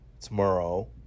tomorrow